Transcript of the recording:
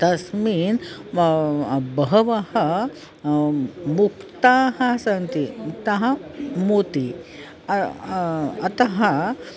तस्मिन् बहवः मुक्ताः सन्ति मुक्ताः मोति अतः